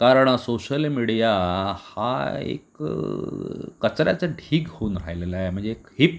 कारण social media हा एक कचऱ्याचा ढीग होऊन राहिलेला आहे म्हणजे एक हीप